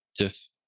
Yes